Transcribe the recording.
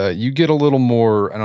ah you get a little more and